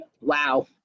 Wow